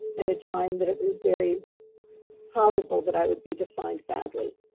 at a time, that it was very probable, that i would be defined badly.